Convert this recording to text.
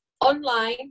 online